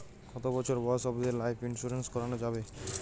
কতো বছর বয়স অব্দি লাইফ ইন্সুরেন্স করানো যাবে?